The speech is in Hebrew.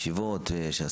יש לך מה